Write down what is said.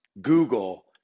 Google